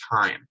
time